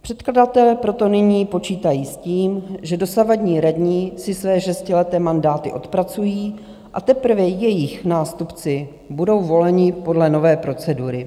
Předkladatelé proto nyní počítají s tím, že dosavadní radní si své šestileté mandáty odpracují, a teprve jejich nástupci budou voleni podle nové procedury.